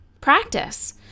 practice